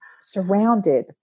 surrounded